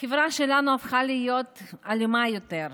החברה שלנו הפכה להיות לאלימה יותר.